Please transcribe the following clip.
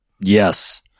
Yes